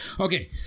Okay